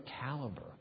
caliber